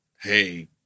hey